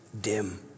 dim